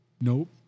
Nope